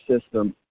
system